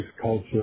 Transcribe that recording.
culture